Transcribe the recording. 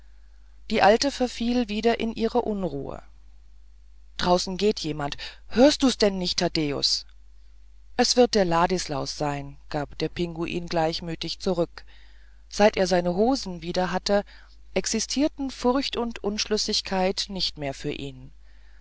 die alte verfiel wieder in ihre unruhe draußen geht jemand hörst du's denn nicht taddäus es wird der ladislaus sein gab der pinguin gleichmütig zurück seit er seine hosen wieder hatte existierten furcht und unschlüssigkeit nicht mehr für ihn